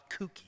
kooky